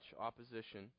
opposition